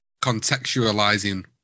contextualizing